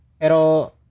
Pero